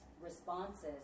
responses